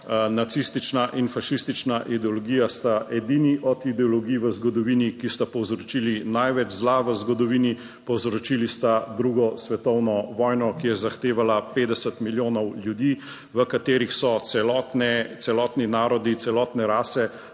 nacistična in fašistična ideologija sta edini od ideologij v zgodovini, ki sta povzročili največ zla v zgodovini. Povzročili sta drugo svetovno vojno, ki je zahtevala 50 milijonov ljudi v katerih so celotne, celotni narodi, celotne rase